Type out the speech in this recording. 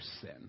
sin